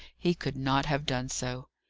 he could not have done so.